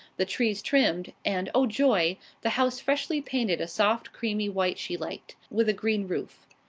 the trees trimmed, and oh, joy, the house freshly painted a soft, creamy white she liked, with a green roof.